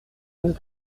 mille